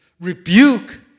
rebuke